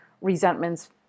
resentments